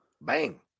bang